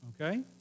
Okay